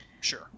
sure